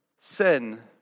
sin